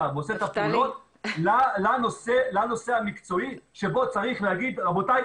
ועושה את הפעולות לנושא המקצועי שבו צריך להגיד רבותיי,